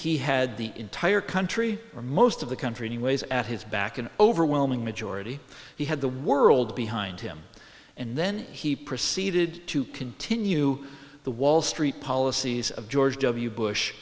he had the entire country or most of the country anyways at his back an overwhelming majority he had the world behind him and then he proceeded to continue the wall street policies of george w bush